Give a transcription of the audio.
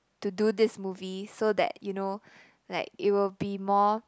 to do this movie so that you know like it will be more